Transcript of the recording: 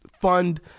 fund